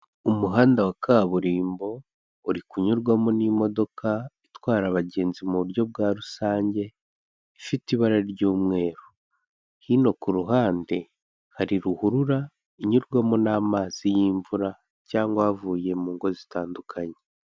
Umuhanda wa kaburimbo uri kunyurwamo n'imodoka itwara abagenzi mu buryo bwa rusange ifite ibara ry'umweru hino ku ruhande hari ruhurura inyurwamo n'amazi y'imvura cyangwa avuye mu ngo zitandukanye.